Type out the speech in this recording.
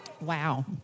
Wow